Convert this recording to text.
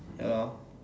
ya lor